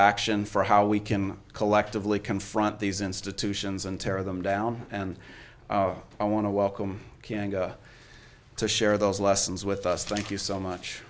action for how we can collectively confront these institutions and tear them down and i want to welcome kanga to share those lessons with us thank you so much